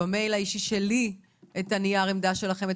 במייל האישי שלי את נייר העמדה שלכם,